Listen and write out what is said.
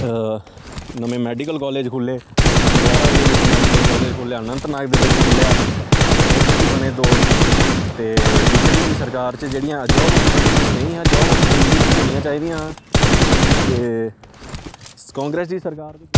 नमें medical college खुल्ले हंदवाड़ा ओह्दे बिच्च मेडिकल कालेज खुल्लेआ अनंतनाग दे बिच्च खुल्लेआ ते एम्स बी बने दो ते बीजीपे दी सरकार च जेह्ड़ियां जाब आपर्चुनिटी नेईं हियां जाब आपर्चुनिटी होनियां चाह्दियां हियां ते कांग्रेस दी सरकार दे बिच्च फिलहाल इन्नी डिवैल्टमेंट नेईं होई जिन्नी जां उंदे बीजेपी दे टाइम उप्पर होई पर उनें जाब आप्रचुनटियां काफी कड्डियां ते इंदे इयैइयै अजैंडे रेह्दे न कांग्रेस दे